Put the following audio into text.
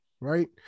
right